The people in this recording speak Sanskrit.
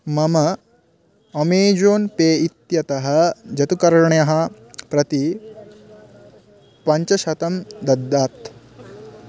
मम अमेजोन् पे इत्यतः जतुकर्ण्यः प्रति पञ्चशतं दद्यात्